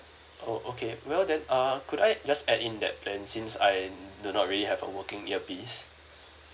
oh okay well then uh could I just add in that plan since I do not really have a working earpiece